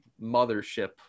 mothership